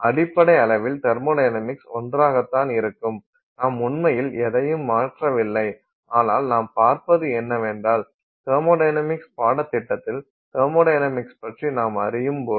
அடிப்படை அளவில் தெர்மொடைனமிக்ஸ் ஒன்றாகத்தான் இருக்கும் நாம் உண்மையில் எதையும் மாற்றவில்லை ஆனால் நாம் பார்ப்பது என்னவென்றால் தெர்மொடைனமிக்ஸ் பாடத்திட்டத்தில் தெர்மொடைனமிக்ஸ் பற்றி நாம் அறியும்போது